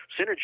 synergy